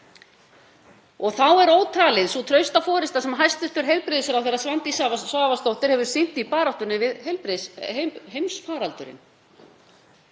Þá er ótalin sú trausta forysta sem hæstv. heilbrigðisráðherra Svandís Svavarsdóttir hefur sýnt í baráttunni við heimsfaraldurinn.